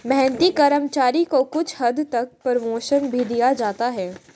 मेहनती कर्मचारी को कुछ हद तक प्रमोशन भी दिया जाता है